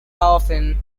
often